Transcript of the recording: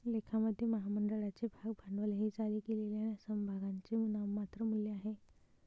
लेखामध्ये, महामंडळाचे भाग भांडवल हे जारी केलेल्या समभागांचे नाममात्र मूल्य आहे